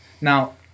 Now